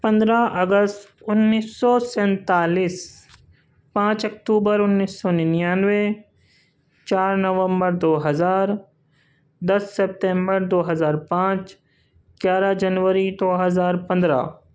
پندرہ اگست انّیس سو سینتالیس پانچ اكتوبر انّیس سو ننانوے چار نومبر دو ہزار دس سپتمبر دو ہزار پانچ گیارہ جنوری دو ہزار پندرہ